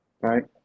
right